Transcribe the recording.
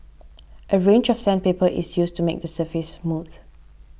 a range of sandpaper is used to make the surface smooth